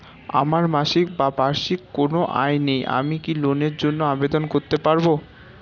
আমার মাসিক বা বার্ষিক কোন আয় নেই আমি কি লোনের জন্য আবেদন করতে পারব?